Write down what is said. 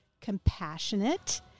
compassionate